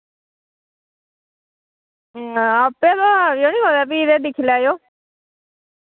आप्पे तुस आयो ना कुतै ते फ्ही दिक्खी लैयो